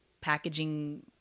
packaging